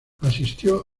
asistió